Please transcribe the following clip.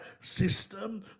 system